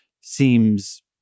seems